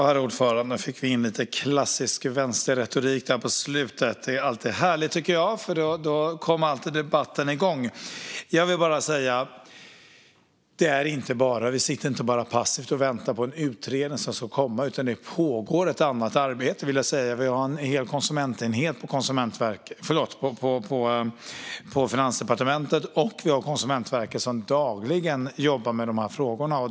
Herr talman! Då fick vi in lite klassisk vänsterretorik där på slutet. Det är alltid härligt, tycker jag, för då kommer alltid debatten igång. Vi sitter inte bara passivt och väntar på en utredning som ska komma. Det pågår ett annat arbete. Vi har en hel konsumentenhet på Finansdepartementet, och vi har Konsumentverket, som dagligen jobbar med de här frågorna.